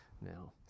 now